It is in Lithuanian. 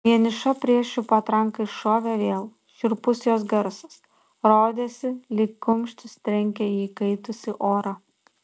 vieniša priešų patranka iššovė vėl šiurpus jos garsas rodėsi lyg kumštis trenkia į įkaitusį orą